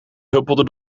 huppelde